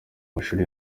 mashuri